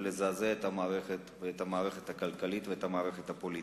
ולזעזע את המערכת ואת המערכת הכלכלית ואת המערכת הפוליטית.